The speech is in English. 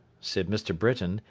said mr. britain,